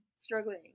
struggling